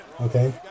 okay